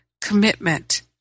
commitment